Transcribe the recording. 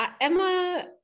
Emma